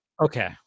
Okay